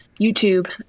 YouTube